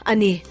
Ani